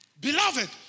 Beloved